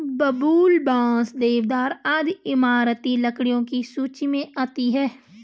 बबूल, बांस, देवदार आदि इमारती लकड़ियों की सूची मे आती है